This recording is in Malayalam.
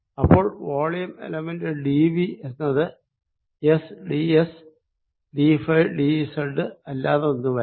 അപ്പോൾ വോളിയം എലമെന്റ് ഡി വി എന്നത് എസ് ഡിഎസ് ഡിഫൈ ഡിസെഡ് അല്ലാതൊന്നുമല്ല